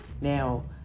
now